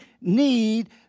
need